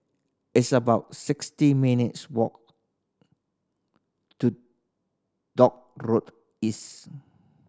it's about sixty minutes' walk to Dock Road East